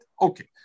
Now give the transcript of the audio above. okay